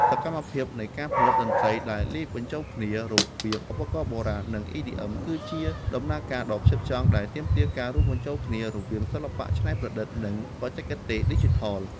សកម្មភាពនៃការផលិតតន្ត្រីដែលលាយបញ្ចូលគ្នារវាងឧបករណ៍បុរាណ និង EDM គឺជាដំណើរការដ៏ផ្ចិតផ្ចង់ ដែលទាមទារការរួមផ្សំគ្នារវាងសិល្បៈច្នៃប្រឌិត និងបច្ចេកវិទ្យាឌីជីថល។